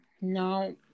No